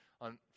On